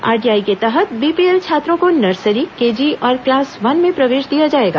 RTE के तहत BPL छात्रों को नर्सरी केजी और क्लास वन में प्रवेश दिया जाएगा